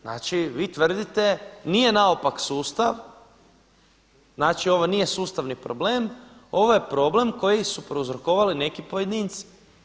Znači vi tvrdite, nije naopak sustav, znači ovo nije sustavni problem, ovo je problem koji su prouzrokovali neki pojedinci.